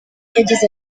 yagize